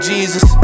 Jesus